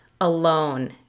alone